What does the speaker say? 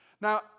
Now